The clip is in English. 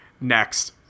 Next